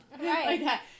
Right